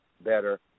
better